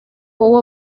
uwo